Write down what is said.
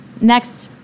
Next